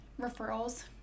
Referrals